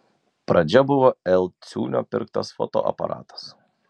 pradžia buvo l ciūnio pirktas fotoaparatas